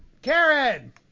Karen